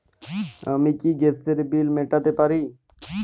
আমি কি গ্যাসের বিল মেটাতে পারি?